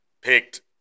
Picked